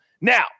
Now